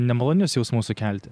nemalonius jausmus sukelti